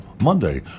Monday